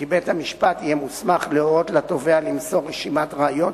כי בית-המשפט יהיה מוסמך להורות לתובע למסור רשימת ראיות